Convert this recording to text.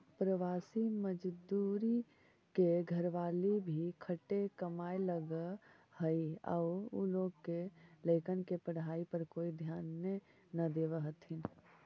प्रवासी मजदूर के घरवाली भी खटे कमाए लगऽ हई आउ उ लोग के लइकन के पढ़ाई पर कोई ध्याने न देवऽ हथिन